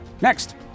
Next